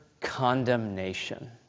condemnation